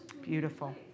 Beautiful